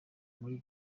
muri